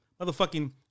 motherfucking